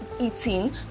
eating